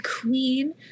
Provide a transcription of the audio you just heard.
queen